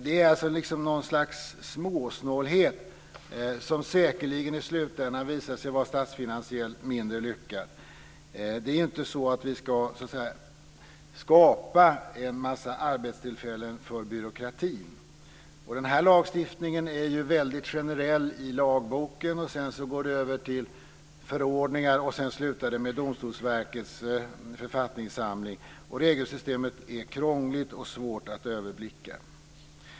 Det är något slags småsnålhet, som säkerligen i slutändan visar sig vara statsfinansiellt mindre lyckad. Vi ska ju inte skapa en massa arbetstillfällen för byråkratin. Den här lagstiftningen är väldigt generell i lagboken, och sedan går det över till förordningar och slutar med Domstolsverkets författningssamling. Regelsystemet är krångligt och svårt att överblicka.